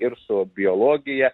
ir su biologija